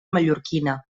mallorquina